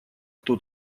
кто